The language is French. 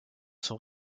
sont